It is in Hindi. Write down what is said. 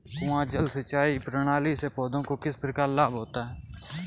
कुआँ जल सिंचाई प्रणाली से पौधों को किस प्रकार लाभ होता है?